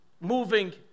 moving